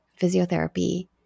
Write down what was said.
physiotherapy